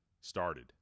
started